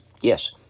Yes